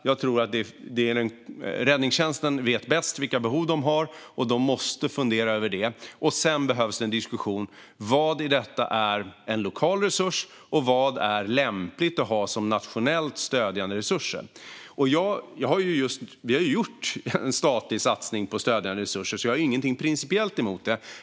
Jag tror att det är räddningstjänsten som vet bäst vilka behov den har och måste fundera över det. Sedan behövs en diskussion om vad i detta som är en lokal resurs och vad som är lämpligt att ha som nationellt stödjande resurser. Vi har gjort en statlig satsning på stödjande resurser, så jag har ingenting principiellt emot det.